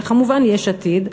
וכמובן יש עתיד,